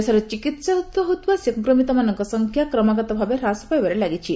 ଦେଶରେ ଚିକିିିିତ ହେଉଥିବା ସଂକ୍ରମିତମାନଙ୍କ ସଂଖ୍ୟା କ୍ରମାଗତ ଭାବେ ହ୍ରାସ ପାଇବାରେ ଲାଗିଛି